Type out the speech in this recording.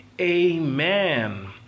Amen